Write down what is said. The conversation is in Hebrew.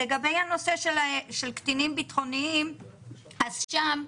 לגבי הנושא של קטינים ביטחוניים, שם,